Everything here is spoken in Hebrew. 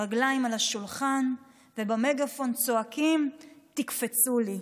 הרגליים על השולחן, ובמגפון צועקים: תקפצו לי.